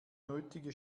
nötige